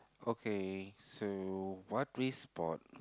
okay so what we spot